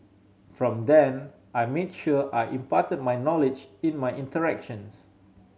from then I made sure I imparted my knowledge in my interactions